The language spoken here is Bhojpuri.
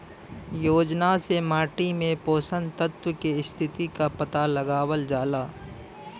योजना से माटी में पोषक तत्व के स्थिति क पता लगावल जाला